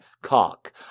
cock